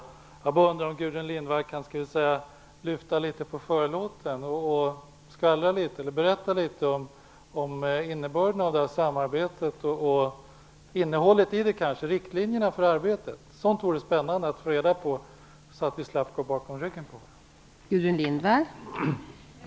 Jag undrar bara om Gudrun Lindvall kan lyfta litet på förlåten och berätta litet om innebörden av det här samarbetet, innehållet i det och riktlinjerna för arbetet. Det vore spännande att få reda på så att vi slapp att gå bakom ryggen på varandra.